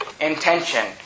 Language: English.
intention